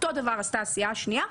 אותו דבר עשתה הסיעה השנייה.